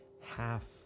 half